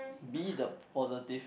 be the positive